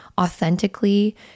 authentically